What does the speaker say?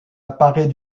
apparaît